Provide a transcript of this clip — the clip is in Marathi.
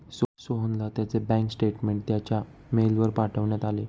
सोहनला त्याचे बँक स्टेटमेंट त्याच्या मेलवर पाठवण्यात आले